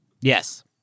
yes